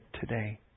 today